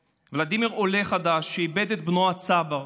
ולדימיר, עולה חדש שאיבד את בנו הצבר.